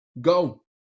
Go